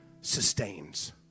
sustains